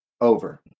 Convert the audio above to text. Over